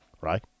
right